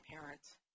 parents